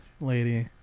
lady